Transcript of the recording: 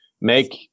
make